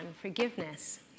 forgiveness